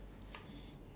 how about you